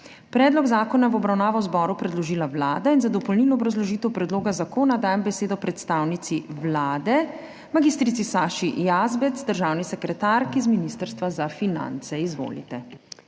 Predlog zakona je v obravnavo zboru predložila Vlada. Za dopolnilno obrazložitev predloga zakona dajem besedo predstavnici Vlade mag. Saši Jazbec, državni sekretarki z Ministrstva za finance. Izvolite.